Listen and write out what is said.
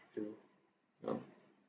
true yeah